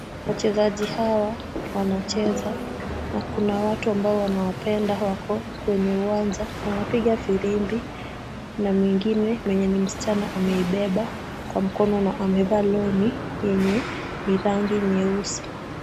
Wachezaji hawa wanacheza na kuna watu ambao wanawapenda wako kwenye uwanja na wapiga filimbi na mwingine mwenye ni msichana ameibeba kwa mkono na amevaa long'i yenye ni rangi nyeusi.